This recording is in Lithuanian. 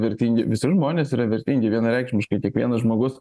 vertingi visi žmonės yra vertingi vienareikšmiškai kiekvienas žmogus